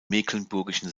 mecklenburgischen